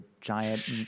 giant